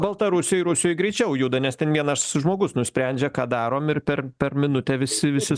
baltarusijoj rusijoj greičiau juda nes ten vienas žmogus nusprendžia ką darom ir per per minutę visi visi